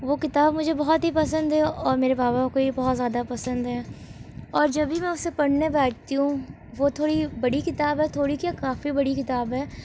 وہ کتاب مجھے بہت ہی پسند ہے اور میرے پاپا کو یہ بہت زیادہ پسند ہے اور جب بھی میں اسے پڑھنے بیٹھتی ہوں وہ تھوڑی بڑی کتاب ہے تھوڑی کیا کافی بڑی کتاب ہے